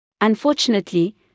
Unfortunately